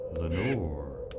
Lenore